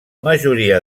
majoria